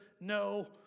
no